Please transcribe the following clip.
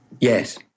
Yes